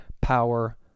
power